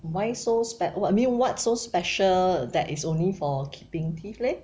why so spec~ oh I mean what's so special that is only for keeping teeth leh